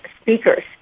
speakers